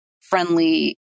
friendly